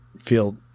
feel